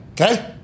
Okay